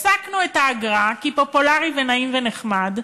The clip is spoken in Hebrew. הפסקנו את האגרה, כי פופולרי ונעים ונחמד,